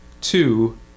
two